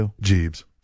Jeeves